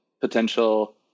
potential